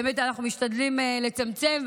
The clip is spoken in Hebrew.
באמת אנחנו משתדלים לצמצם,